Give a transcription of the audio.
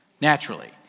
naturally